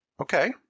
Okay